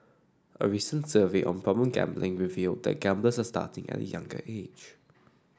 a recent survey on problem gambling revealed that gamblers are starting at a younger age